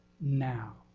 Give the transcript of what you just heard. now